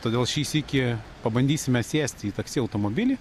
todėl šį sykį pabandysime sėsti į taksi automobilį